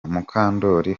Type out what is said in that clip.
mukandori